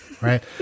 Right